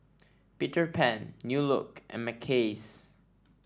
Peter Pan New Look and Mackays